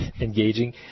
engaging